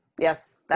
Yes